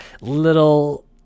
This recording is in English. little